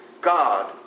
God